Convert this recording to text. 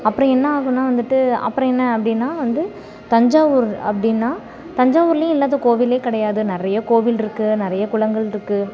அப்புறம் என்ன ஆகுதுன்னா வந்துட்டு அப்புறம் என்ன அப்படின்னா வந்து தஞ்சாவூர் அப்படின்னா தஞ்சாவூர்லேயும் இல்லாத கோவில் கிடையாது நிறைய கோவில்ருக்கு நிறைய குளங்கள்ருக்கு